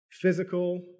physical